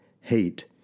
hate